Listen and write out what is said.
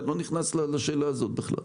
אני לא נכנס בכלל לשאלה הזאת.